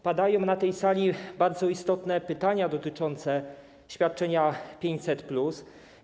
Padają na tej sali bardzo istotne pytania dotyczące świadczenia 500+.